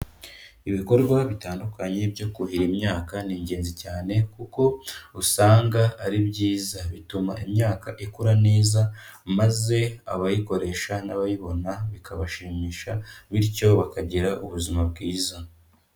Ibikorwa bitandukanye byo kuhira imyaka ni ingenzi cyane kuko usanga ari byiza, bituma imyaka ikura neza maze abayikoresha n'abayibona, bikabashimisha bityo bakagira ubuzima bwiza.